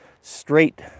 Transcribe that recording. straight